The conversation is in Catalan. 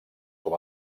com